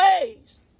ways